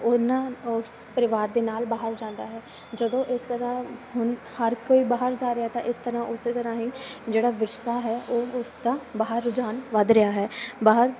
ਉਹਨਾਂ ਉਸ ਪਰਿਵਾਰ ਦੇ ਨਾਲ ਬਾਹਰ ਜਾਂਦਾ ਹੈ ਜਦੋਂ ਇਸ ਤਰ੍ਹਾਂ ਹੁਣ ਹਰ ਕੋਈ ਬਾਹਰ ਜਾ ਰਿਹਾ ਤਾਂ ਇਸ ਤਰ੍ਹਾਂ ਉਸ ਤਰ੍ਹਾਂ ਹੀ ਜਿਹੜਾ ਵਿਰਸਾ ਹੈ ਉਹ ਉਸਦਾ ਬਾਹਰ ਰੁਝਾਨ ਵੱਧ ਰਿਹਾ ਹੈ ਬਾਹਰ